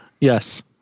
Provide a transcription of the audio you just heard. Yes